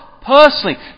personally